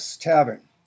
tavern